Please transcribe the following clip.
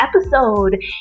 episode